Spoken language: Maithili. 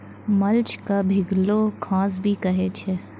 मल्च क भींगलो घास भी कहै छै